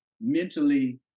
mentally